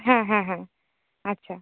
হ্যাঁ হ্যাঁ হ্যাঁ আচ্ছা